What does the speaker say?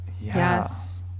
Yes